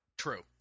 true